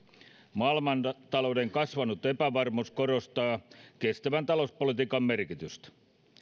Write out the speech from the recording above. maailmantalouden kasvanut epävarmuus korostaa kestävän talouspolitiikan merkitystä